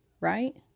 right